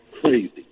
crazy